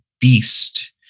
beast